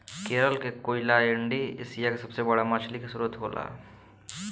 केरल के कोईलैण्डी एशिया के सबसे बड़ा मछली के स्त्रोत होला